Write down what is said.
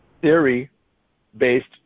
theory-based